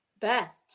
best